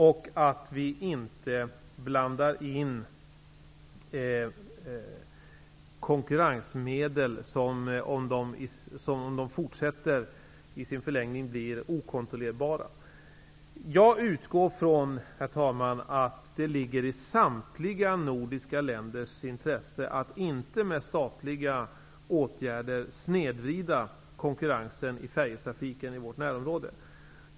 Vi skall inte tillåta konkurrensmedel som i sin förlängning blir okontrollerbara. Herr talman! Jag utgår från att det ligger i samtliga nordiska länders intresse att inte med statliga åtgärder snedvrida konkurrensen i färjetrafiken i vårt närområde.